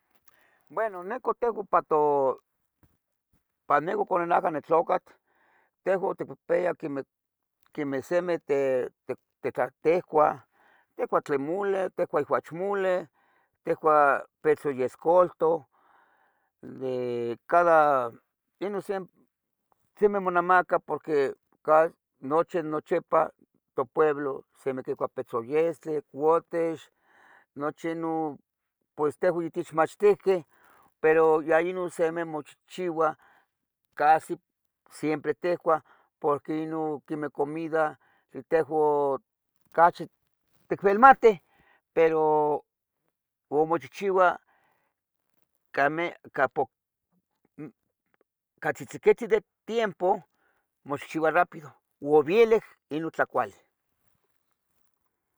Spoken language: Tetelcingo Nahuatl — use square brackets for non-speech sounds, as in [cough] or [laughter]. Bueno nicoh tehuan [hesitation] pa nehua cuando nehua nitlacuat, tehuan tecpepeyah quemeh semeh de ca ticuah. Ticuah tlen mole, ticuah uachmoleh, ticuah pitzoyescoltoh [hesitation] simi monamaca porque cal noche, nochepa topueblo simi quicua pitzoyestle, ecoutex nochi Inon tejuan techmachtihqueh, pero ya Inon semeh mochihchiua, casi siempre ticuah porque inon quemeh comida tehuan cachi ticuelmatih, pero omochihchiua [hesitation] catzihtziquitzin de tiempo mochihchiua rápido o vielic inon tlacuali.